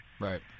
Right